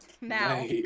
now